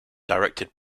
directed